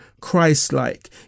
Christ-like